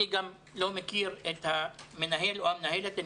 אני גם לא מכיר את המנהל או את המנהלת שמונו,